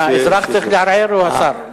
האזרח צריך לערער, או השר?